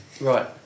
Right